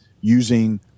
using